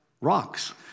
rocks